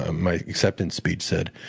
ah my acceptance speech said,